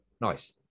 Nice